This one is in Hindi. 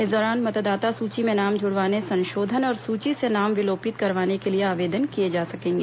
इस दौरान मतदाता सूची में नाम जुड़वाने संशोधन और सूची से नाम विलोपित करवाने के लिए आवेदन किए जा सकेंगे